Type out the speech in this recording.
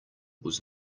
was